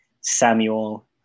Samuel